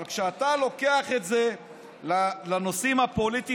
אבל כשאתה לוקח את זה לנושאים הפוליטיים